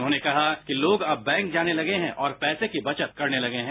उन्होंने कहा कि लोग अब बैंक जाने लगे हैं और पैसे की बचत करने लगे हैं